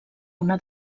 una